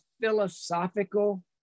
philosophical